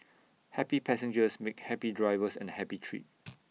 happy passengers make happy drivers and A happy trip